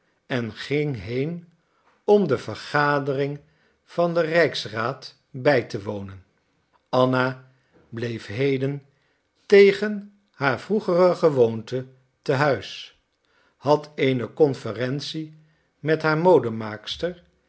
en ging heen om de vergadering van den rijksraad bij te wonen anna bleef heden tegen haar vroegere gewoonte te huis had eene conferentie met haar